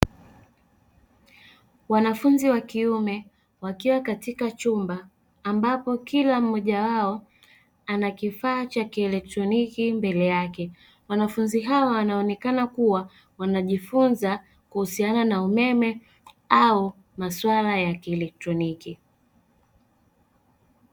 Wanafunzi wa kiume wakiwa katika chumba ambapo kila mmoja wao anakifaa cha kielektroniki mbele yake, wanafunzi hao wanaonekana kuwa wanajifunza kuhusiana na umeme au masuala ya kielektroniki.